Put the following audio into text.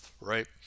right